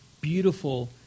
beautiful